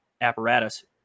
apparatus